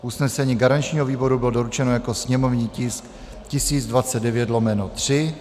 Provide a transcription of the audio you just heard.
Usnesení garančního výboru bylo doručeno jako sněmovní tisk 1029/3.